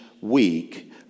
week